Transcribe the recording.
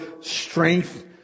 strength